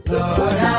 Lord